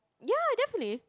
ya definitely